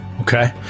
Okay